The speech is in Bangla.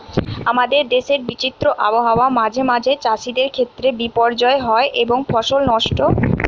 আমাদের দেশের বিচিত্র আবহাওয়া মাঁঝে মাঝে চাষিদের ক্ষেত্রে বিপর্যয় হয় এবং ফসল নষ্ট হতিছে